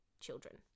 children